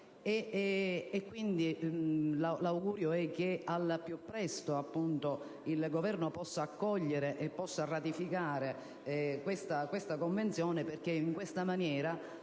familiare. L'augurio è che al più presto il Governo possa accogliere e ratificare questa Convenzione perché in questa maniera